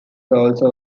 also